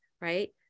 right